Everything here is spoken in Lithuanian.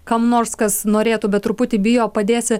kam nors kas norėtų bet truputį bijo padėsi